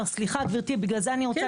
סליחה גבירתי, בגלל זה אני רוצה להיות מדויקת.